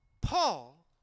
Paul